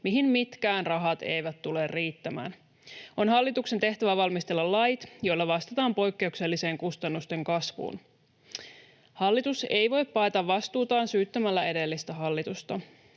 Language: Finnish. mihin mitkään rahat eivät tule riittämään. On hallituksen tehtävä valmistella lait, joilla vastataan poikkeukselliseen kustannusten kasvuun. Hallitus ei voi paeta vastuutaan syyttämällä edellistä hallitusta.